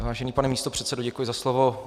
Vážený pane místopředsedo, děkuji za slovo.